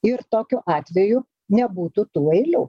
ir tokiu atveju nebūtų tų eilių